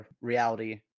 reality